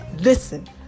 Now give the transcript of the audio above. Listen